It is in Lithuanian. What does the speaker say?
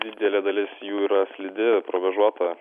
didelė dalis jų yra slidi provėžuota